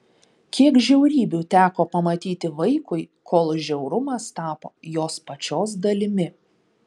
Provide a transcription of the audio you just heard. kiek žiaurybių teko pamatyti vaikui kol žiaurumas tapo jos pačios dalimi